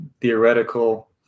theoretical